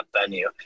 venue